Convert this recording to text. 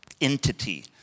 entity